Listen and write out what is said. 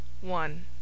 one